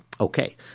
Okay